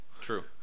True